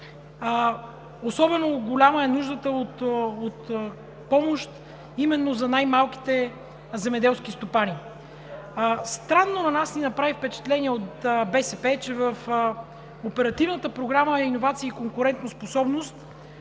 Особено голяма е нуждата от помощ именно за най-малките земеделски стопани. Странно, на нас ни направи впечатление от БСП, че в Оперативна програма „Иновации и конкурентоспособност“